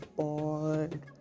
bored